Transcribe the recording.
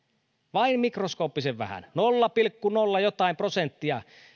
vain mikroskooppisen vähän nolla pilkku nolla jotain prosenttia